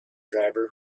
driver